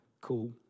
cool